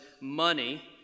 money